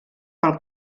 pel